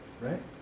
right